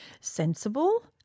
sensible